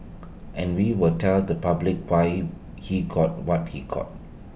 and we will tell the public why he got what he got